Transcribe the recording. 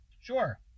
Sure